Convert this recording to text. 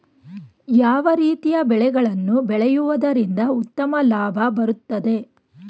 ಯಾವ ರೀತಿಯ ಬೆಳೆಗಳನ್ನು ಬೆಳೆಯುವುದರಿಂದ ಉತ್ತಮ ಲಾಭ ಬರುತ್ತದೆ?